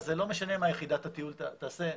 אז זה לא משנה מה יחידת התיעול תעשה,